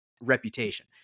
reputation